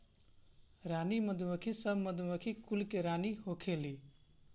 रानी मधुमक्खी सब मधुमक्खी कुल के रानी होखेली